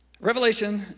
Revelation